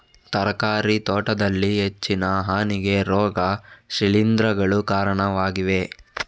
ತರಕಾರಿ ತೋಟದಲ್ಲಿ ಹೆಚ್ಚಿನ ಹಾನಿಗೆ ರೋಗ ಶಿಲೀಂಧ್ರಗಳು ಕಾರಣವಾಗಿವೆ